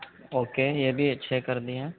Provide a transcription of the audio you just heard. okay یہ بھی ایک چھ کر دیے ہیں